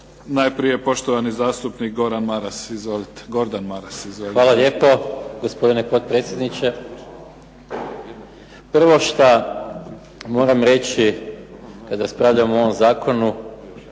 Najprije poštovani zastupnik Gordan Maras. Izvolite. **Maras, Gordan (SDP)** Hvala lijepo gospodine potpredsjedniče. Prvo šta moram reći kad raspravljam o ovom zakonu